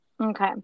Okay